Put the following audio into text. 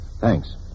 Thanks